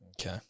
Okay